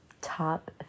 top